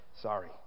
Sorry